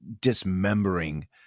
dismembering